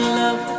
love